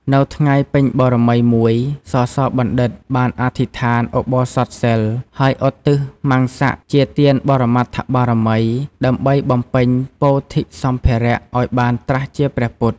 នៅថ្ងៃពេញបរមីមួយ សសបណ្ឌិត បានអធិដ្ឋានឧបោសថសីល ហើយឧទ្ទិសមំសៈជាទានបរមត្ថបារមី ដើម្បីបំពេញពោធិ៍សម្ភារឲ្យបានត្រាស់ជាព្រះពុទ្ធ។